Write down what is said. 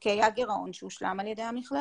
כי היה גירעון שהושלם על ידי המכללה.